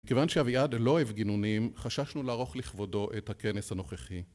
כיוון שאביעד לא אוהב גינונים, חששנו לערוך לכבודו את הכנס הנוכחי.